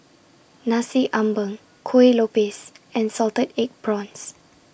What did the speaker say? Nasi Ambeng Kuih Lopes and Salted Egg Prawns